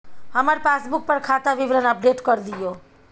हमर पासबुक पर खाता विवरण अपडेट कर दियो